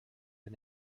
der